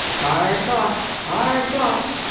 hard thoughts. hard thoughts!